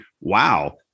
wow